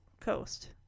Coast